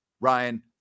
Ryan